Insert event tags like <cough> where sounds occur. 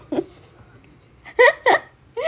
<laughs> <laughs>